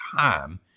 time